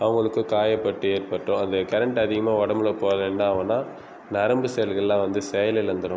அவர்களுக்கு காயப்பட்டு ஏற்பட்டோ அந்த கரண்ட் அதிகமாக உடம்பில் போனால் என்னாகும்னா நரம்பு செல்கள்லாம் வந்து செயல் இழந்துடும்